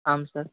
आं सर्